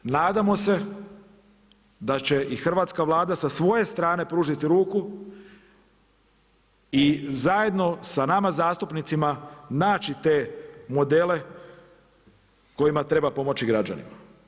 Nadamo se da će i hrvatska Vlada sa svoje strane pružiti ruku i zajedno sa nama zastupnicima naći te modele kojima treba pomoći građanima.